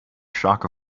shock